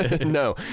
No